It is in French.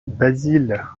basil